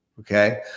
Okay